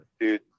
dude